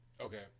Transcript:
Okay